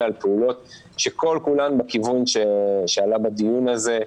על פעולות שכל כולן בכיוון שעלה בדיון הזה,